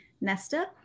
Nesta